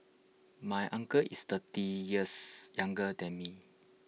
my uncle is thirty years younger than me